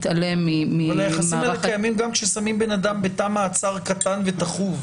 אבל היחסים האלה קיימים גם כאשר אדם בתא מעצר קטן וטחוב.